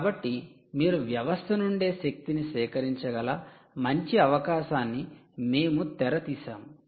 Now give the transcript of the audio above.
కాబట్టి మీరు వ్యవస్థ నుండే శక్తిని సేకరించగల మంచి అవకాశాన్ని మేము తెర తీసాము